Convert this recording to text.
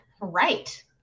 right